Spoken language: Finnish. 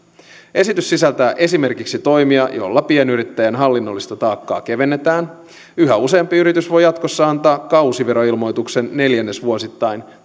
esitys sisältää esimerkiksi toimia joilla pienyrittäjän hallinnollista taakkaa kevennetään yhä useampi yritys voi jatkossa antaa kausiveroilmoituksen neljännesvuosittain